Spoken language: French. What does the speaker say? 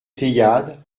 pléiades